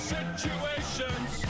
situations